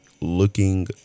looking